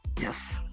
Yes